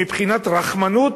שמבחינת רחמנות,